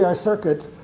ah circuit,